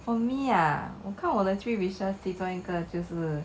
for me ah 我看我的 three wishes 其中一个就是